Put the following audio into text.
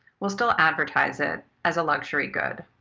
we'll still advertise it as a luxury good.